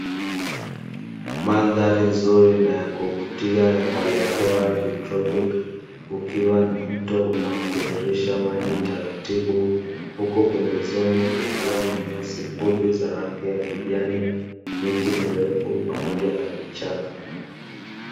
Mandhari nzuri na ya kuvutia ya hali ya hewa ya kitropiki, kukiwa na mto unaotiririsha maji taratibu huku pembezoni kukiwa na nyasi fupi za rangi ya kijani, miti mirefu pamoja na vichaka.